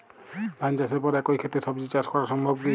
ধান চাষের পর একই ক্ষেতে সবজি চাষ করা সম্ভব কি?